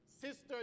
sister